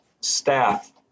Staff